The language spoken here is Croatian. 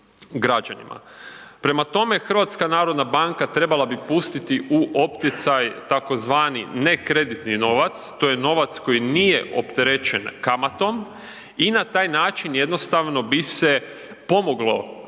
građanima. Prema tome, HNB trebala bi pustiti u opticaj tzv. ne kreditni novac, to je novac koji nije opterećen kamatom i na taj način jednostavno bi se pomoglo